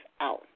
out